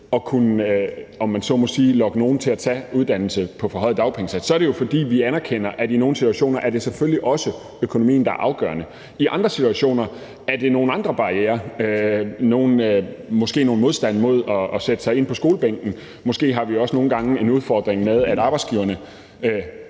og, om man så må sige, kunne lokke nogle til at tage uddannelse på forhøjet dagpengesats, så er det jo, fordi vi anerkender, at det i nogle situationer selvfølgelig også er økonomien, der er afgørende. I andre situationer er det nogle andre barrierer. Det er måske noget modstand mod at sætte sig på skolebænken. Måske har vi også nogle gange en udfordring med, at arbejdsgiverne